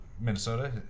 Minnesota